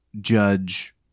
judge